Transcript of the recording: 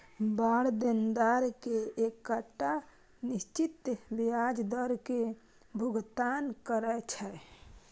bond देनदार कें एकटा निश्चित ब्याज दर के भुगतान करै छै